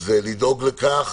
זה לדאוג לכך